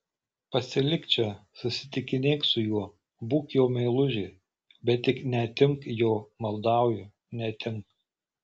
pasilik čia susitikinėk su juo būk jo meilužė bet tik neatimk jo maldauju neatimk